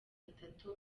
atatu